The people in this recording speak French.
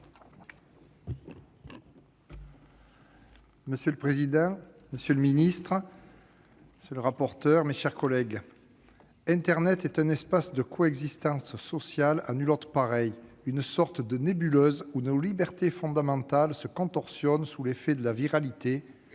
Monsieur le président, monsieur le secrétaire d'État, mes chers collègues, internet est un espace de coexistence sociale à nul autre pareil, une sorte de nébuleuse où nos libertés fondamentales se contorsionnent sous l'effet de la viralité,